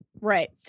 right